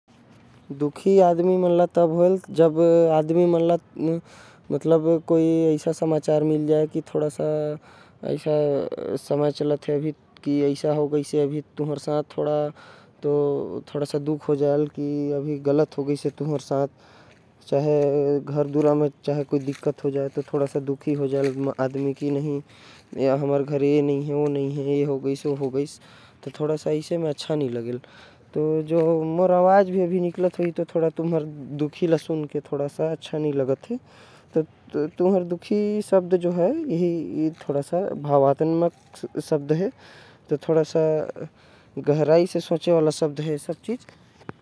दुःखी आदमी तब होते जब आदमी के साथ कुछ बुरा घटना हो जाएल। ओकर या परिवार मन रिश्तेदार दोस्त यार संगे कुछ बुरा हो प्यार में धोखा हो जाएल। तब दुःख लगथे थोड़ा भावनात्मक शब्द है गहराई से सोचे वाला शब्द है।